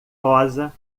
rosa